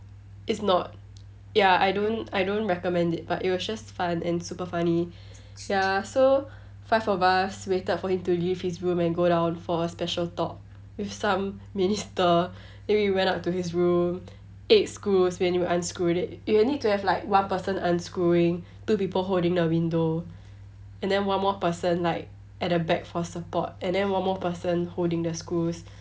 it's not ya I don't I don't recommend it but it was just fun and super funny ya so five of us waited for him to leave his room and go down for a special talk with some minister then we went up to his room eight screws and we unscrewed it and you need to have like one person unscrewing two people holding the window and then one more person like at the back for support and then one more person holding the screws